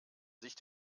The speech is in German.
sich